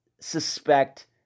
suspect